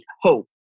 hope